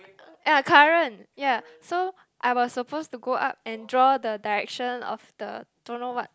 ah current ya so I was supposed to go up and draw the direction of the don't know what